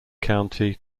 county